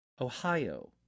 Ohio